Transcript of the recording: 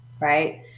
right